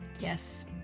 Yes